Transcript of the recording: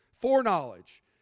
foreknowledge